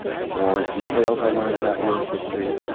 ah the more details i learn about u s history,